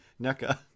NECA